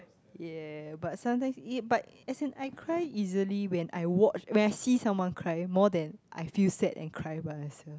yeah but sometimes it as in I cry easily when I watch when I see someone cry more than I feel sad and cry by myself